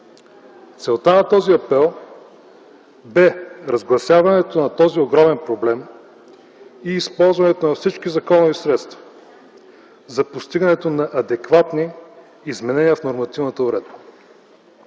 Целта на този апел бе разгласяването на този огромен проблем и използването на всички законови средства за постигането на адекватни изменения в нормативната уредба,